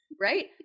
right